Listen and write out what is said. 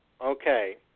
Okay